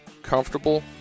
comfortable